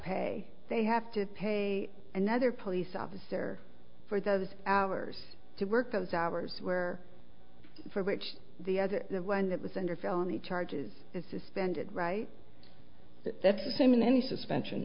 pay they have to pay another police officer for those hours to work those hours where for which the other one that was under felony charges is suspended right that's the same in any suspension